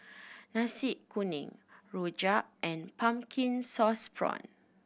Nasi Kuning rojak and pumpkin sauce prawn